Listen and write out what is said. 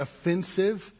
offensive